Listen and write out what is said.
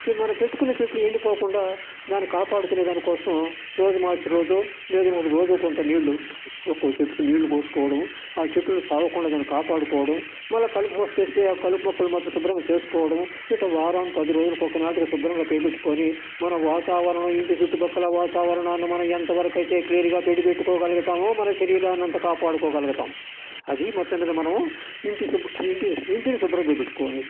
మనం పెట్టుకున్న చెట్లు ఎండిపోకుండా దాన్ని కాపాడుకునే దానికోసం రోజు మార్చి రోజు లేదు అంటే రోజు కొంత నీళ్లు ఒక్కో చెట్టుకి నీళ్ళు పోసుకోవడము ఆ చెట్టుని సావకుండా దాన్ని కాపాడుకోవడం మళ్ల కలుపు మొక్క వస్తే ఆ కలుపు మొక్కలు మొత్తం శుభ్రం చేసుకోవడము ఇట్టా వారం పది రోజులకొకనాటికి శుభ్రంగా పెట్టుకొని మన వాతావరణం ఇంటి చుట్టుపక్కల వాతావరణాన్ని మనం ఎంతవరకు అయితే క్లియర్గా పెట్టుకోగలుగుతామో మన శరీరాన్ని అంత కాపాడుకోగలుగుతాం అదీ మొత్తం మీద మనము ఇంటి ఇంటి ఇంటిని శుభ్రంగా పెట్టుకునేది